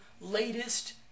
latest